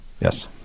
Yes